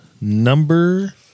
number